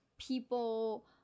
people